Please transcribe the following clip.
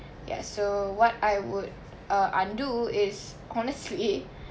ya so what I would uh undo is honestly